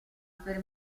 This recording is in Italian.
per